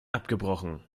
abgebrochen